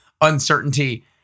uncertainty